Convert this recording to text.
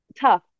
Tough